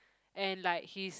and like his